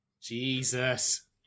Jesus